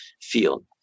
field